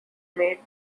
made